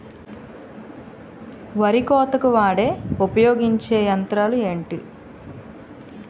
వరి కోతకు వాడే ఉపయోగించే యంత్రాలు ఏంటి?